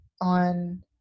on